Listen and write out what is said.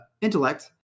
intellect